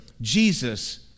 Jesus